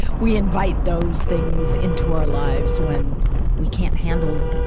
we invite those things into our lives when we can't handle,